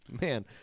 man